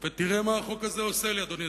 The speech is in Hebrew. ותראה מה החוק הזה עושה לי, אדוני.